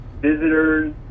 visitors